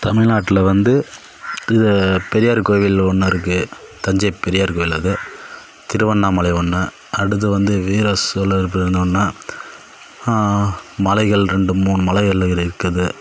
தமிழ்நாட்டில் வந்து இது பெரியார் கோவில் ஒன்று இருக்கு தஞ்சை பெரியார் கோயில் அது திருவண்ணாமலை ஒன்று அடுத்து வந்து வீர சோழபுரம்னு ஒன்று மலைகள் ரெண்டு மூணு மலைகள் இருக்குது